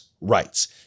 rights